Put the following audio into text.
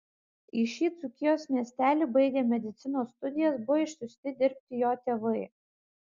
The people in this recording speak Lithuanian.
į šį dzūkijos miestelį baigę medicinos studijas buvo išsiųsti dirbti jo tėvai